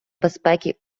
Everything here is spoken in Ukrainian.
безпеки